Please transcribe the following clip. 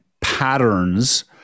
patterns